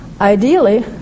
Ideally